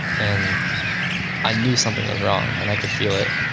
and i knew something was wrong. and i could feel it,